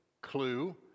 clue